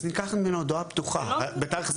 אז נלקחת ממנו הודעה פתוחה שבה כתוב משהו